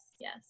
yes